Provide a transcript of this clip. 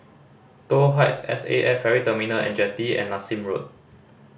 Toh Heights S A F Ferry Terminal And Jetty and Nassim Road